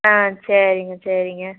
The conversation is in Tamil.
ஆ சரிங்க சரிங்க